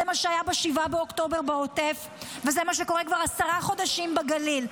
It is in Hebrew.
זה מה שהיה ב-7 באוקטובר בעוטף וזה מה שקורה כבר עשרה חודשים בגליל.